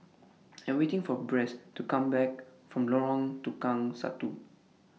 I Am waiting For Bess to Come Back from Lorong Tukang Satu